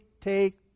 take